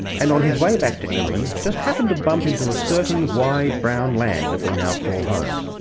and on his way back to england just happened to bump into a certain wide brown land that we now call home.